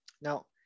Now